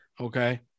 okay